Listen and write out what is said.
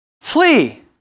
Flee